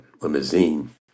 limousine